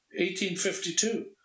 1852